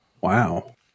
wow